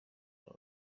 loni